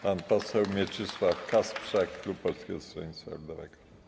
Pan poseł Mieczysław Kasprzak, klub Polskiego Stronnictwa Ludowego.